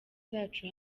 zacu